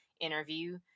interview